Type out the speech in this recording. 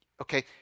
Okay